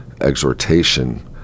exhortation